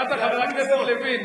זה רעיון, שמעת, חבר הכנסת לוין?